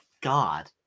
God